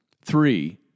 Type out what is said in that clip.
Three